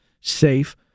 safe